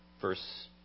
Verse